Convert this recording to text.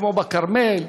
כמו בכרמל,